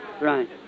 Right